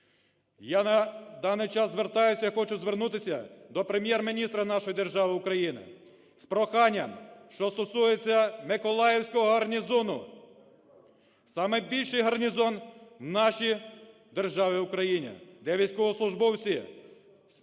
Я на даний час звертаюся і хочу звернутися до Прем'єр-міністра нашої держави Україна з проханням, що стосується Миколаївського гарнізону - самий більший гарнізон в нашій державі Україна, де військовослужбовці